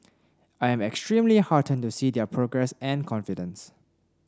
I am extremely heartened to see their progress and confidence